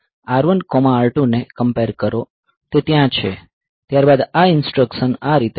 R1 R2 ને compare કરો તે ત્યાં છે ત્યારબાદ આ ઇન્સટ્રકશન આ રીતે હશે